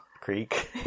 creek